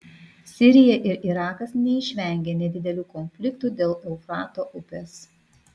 sirija ir irakas neišvengė nedidelių konfliktų dėl eufrato upės